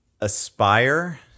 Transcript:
aspire